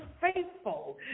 faithful